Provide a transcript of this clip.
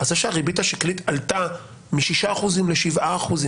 זה שהריבית השקלית עלתה משישה אחוזים לשבעה אחוזים,